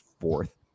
fourth